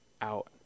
out